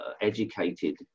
educated